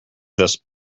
this